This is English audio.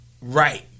right